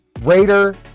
Raider